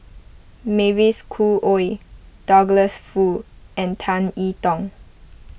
Mavis Khoo Oei Douglas Foo and Tan I Tong